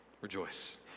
rejoice